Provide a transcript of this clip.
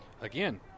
Again